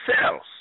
cells